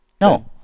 No